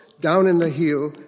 down-in-the-heel